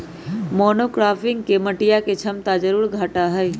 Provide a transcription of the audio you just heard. monocropping से मटिया के क्षमता जरूर घटा हई